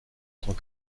tant